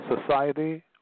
society